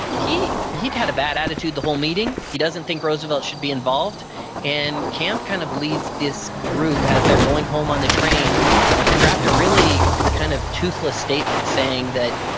he he had a bad attitude the whole meeting, he doesn't think roosevelt should be involved and camp kind of leads this group as they're going home on the train to draft a really kind of toothless statement saying that,